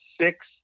six